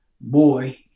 boy